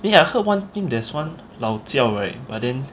eh I heard one there's one laojiao right but then